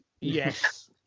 yes